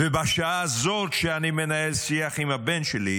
ובשעה הזאת שאני מנהל שיח עם הבן שלי,